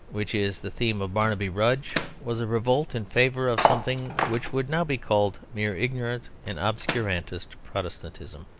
which is the theme of barnaby rudge, was a revolt in favour of something which would now be called mere ignorant and obscurantist protestantism.